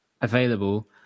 available